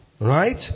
Right